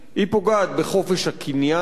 היא פוגעת בחופש הקניין,